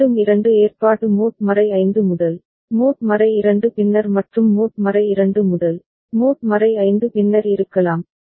மீண்டும் இரண்டு ஏற்பாடு மோட் 5 முதல் மோட் 2 பின்னர் மற்றும் மோட் 2 முதல் மோட் 5 பின்னர் இருக்கலாம்